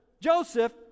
Joseph